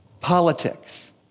politics